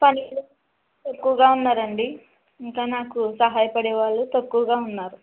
పని ఎక్కువగా ఉన్నారు అండి ఇంకా నాకు సహాయ పడే వాళ్ళు తక్కువగా ఉన్నారు